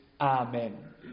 Amen